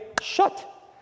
shut